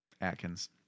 Atkins